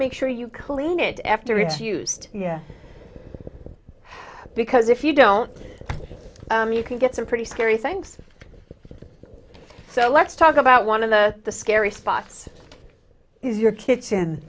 make sure you cleaning it after it's used yeah because if you don't you can get some pretty scary thanks so let's talk about one of the scary spots is your kitchen